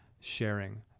sharing